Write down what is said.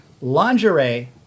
lingerie